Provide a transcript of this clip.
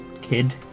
kid